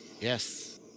Yes